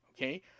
okay